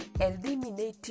eliminating